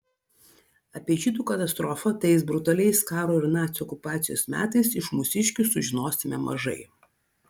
apie žydų katastrofą tais brutaliais karo ir nacių okupacijos metais iš mūsiškių sužinosime mažai